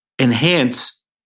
enhance